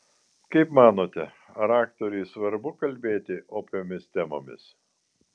kaip manote ar aktoriui svarbu kalbėti opiomis temomis